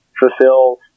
fulfills